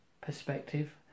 perspective